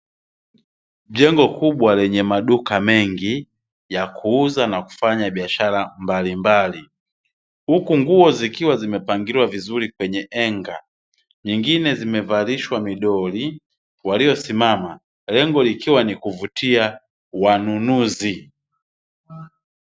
Jengo kubwa lenye maduka mengi ya kuuza na kufanya biashara mbalimbali huku nguo zikiwa zimepangiliwa vizuri kwenye henga, nyingine zimevalishwa midoli waliosimama lengo likiwa ni kuvutia wanunuzi.